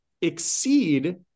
exceed